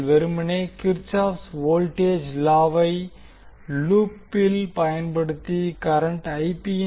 நீங்கள் வெறுமனே Kirchhoff's voltage law kirchoff's voltage law வை லூப்பில் பயன்படுத்தி கரண்ட் Ip